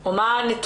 או מה הנתונים.